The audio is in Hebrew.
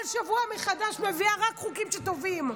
כל שבוע מחדש מביאה רק חוקים טובים,